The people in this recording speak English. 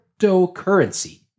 cryptocurrency